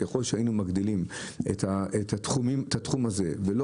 ככול שהיינו מגדילים את התחום הזה ולא